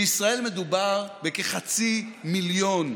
בישראל מדובר בכחצי מיליון,